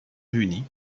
réunis